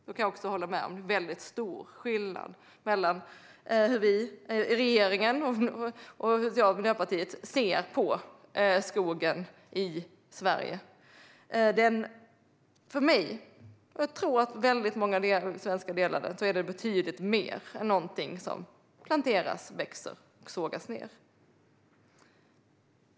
Då kan även jag hålla med om att det är väldigt stor skillnad på hur regeringen, jag och Miljöpartiet ser på skogen i Sverige. För mig, och jag tror att väldigt många svenskar delar den synen, är den betydligt mer än någonting som planteras, växer och sågas ned.